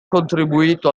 contribuito